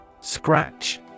Scratch